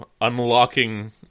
unlocking